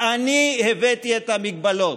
אני הבאתי את המגבלות.